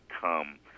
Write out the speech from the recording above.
come